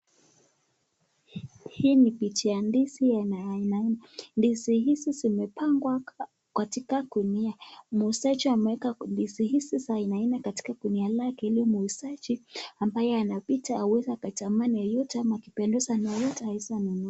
Hii ni picha ya ndizi ya aina aina, ndizi hizi zimepangwa katika gunia. Muuzaji ameeka ndizi hizi za aina aina katika gunia lake ili muuzaji ambaye anapita aweza akatamani yeyote ama akipendezwa na yote anaweza nunua.